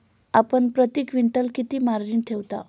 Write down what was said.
आपण प्रती क्विंटल किती मार्जिन ठेवता?